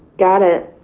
got it.